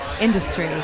industry